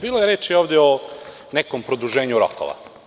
Bilo je reči ovde o nekom produženju rokova.